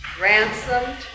ransomed